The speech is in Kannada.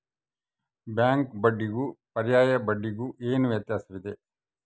ಬ್ಯಾಂಕ್ ಬಡ್ಡಿಗೂ ಪರ್ಯಾಯ ಬಡ್ಡಿಗೆ ಏನು ವ್ಯತ್ಯಾಸವಿದೆ?